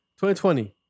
2020